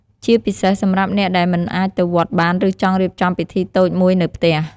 ជាពិសេសសម្រាប់អ្នកដែលមិនអាចទៅវត្តបាន ឬចង់រៀបចំពិធីតូចមួយនៅផ្ទះ។